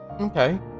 Okay